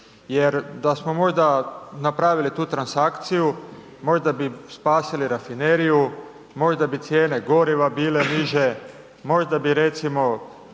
jer da smo možda napravili tu transakciju, možda bi spasili rafineriju, možda bi cijene goriva bile niže, možda bi recimo